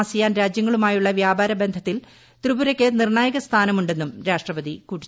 ASEAN രാജ്യങ്ങളുമായുള്ള വ്യാപാര ബന്ധത്തിൽ ത്രിപുരയ്ക്ക് നിർണ്ണായകസ്ഥാനമു ന്നും രാഷ്ട്രപതി പറഞ്ഞു